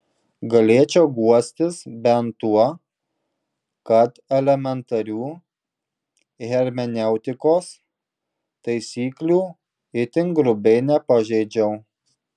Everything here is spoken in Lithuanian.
galėčiau guostis bent tuo kad elementarių hermeneutikos taisyklių itin grubiai nepažeidžiau